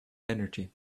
energy